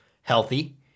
healthy